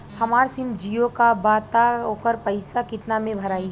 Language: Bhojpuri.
हमार सिम जीओ का बा त ओकर पैसा कितना मे भराई?